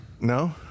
No